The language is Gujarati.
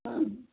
હમ